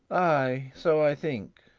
ay, so i think.